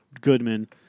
Goodman